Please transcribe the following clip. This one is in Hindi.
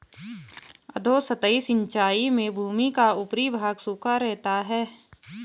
अधोसतही सिंचाई में भूमि का ऊपरी भाग सूखा रहता है